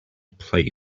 play